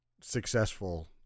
successful